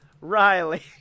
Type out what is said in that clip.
Riley